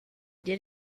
did